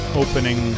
opening